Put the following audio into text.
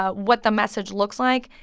ah what the message looks like.